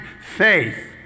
faith